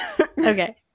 Okay